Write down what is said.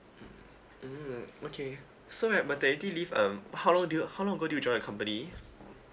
mm mm okay so ma~ maternity leave um how long do you how long ago do you join the company